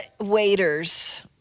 waiters